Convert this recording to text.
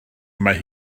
mae